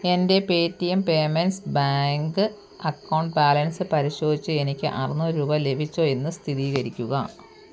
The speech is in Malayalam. എൻ്റെ Paytm payments bank account balance പരിശോധിച്ച് എനിക്ക് അറുന്നൂറ് രൂപ ലഭിച്ചോ എന്ന് സ്ഥിതീകരിക്കുക